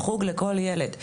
"חוג לכל ילד",